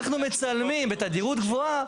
אנחנו מצלמים בתדירות גבוהה,